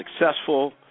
successful